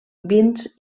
vins